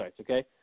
okay